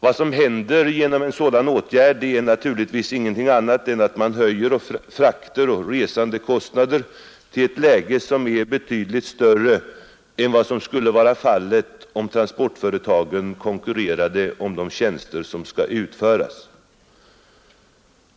Vad som händer genom en sådan åtgärd är naturligtvis ingenting annat än att man höjer kostnaderna för frakter och resor till ett läge som är betydligt högre än vad som skulle vara fallet om transportföretagen konkurrerade om de tjänster som skall utföras.